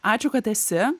ačiū kad esi